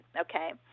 okay